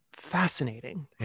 Fascinating